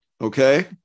okay